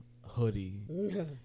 hoodie